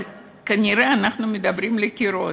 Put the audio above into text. אבל כנראה אנחנו מדברים לקירות,